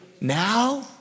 now